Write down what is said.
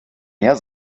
mehr